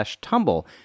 tumble